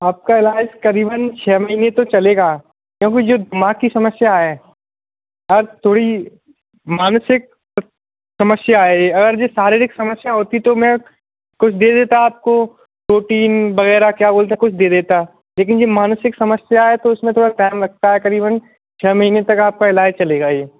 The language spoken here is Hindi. आपका इलाज क़रीबन छः महीने तो चलेगा क्योंकि जिस मानसिक समस्या है आज थोड़ी मानसिक समस्या है ये अगर ये शारीरिक समस्या होती तो मैं कुछ दे देता आपको प्रोटीन वग़ैरह क्या बोलते हैं कुछ दे देता लेकिन ये मानसिक समस्या है तो उसमें थोड़ा टाइम लगता है क़रीबन छः महीने तक आपका इलाज चलेगा ये